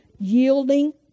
yielding